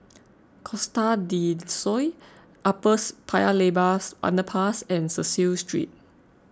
Costa del Sol Uppers Paya Lebar's Underpass and Cecil Street